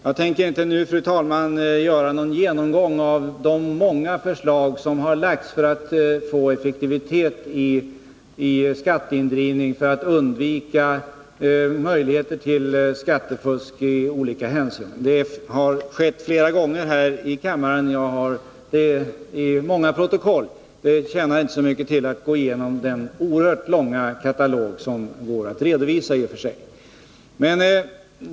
Jag tänker inte nu, fru talman, göra någon genomgång av de många förslag som har lagts fram för att få effektivitet i skatteindrivningen och undvika möjligheter till skattefusk i olika hänseenden. Det har skett flera gånger här i kammaren, enligt många protokoll. Det tjänar inte så mycket till att gå igenom den oerhört långa katalog som i och för sig går att redovisa.